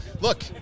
Look